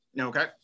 Okay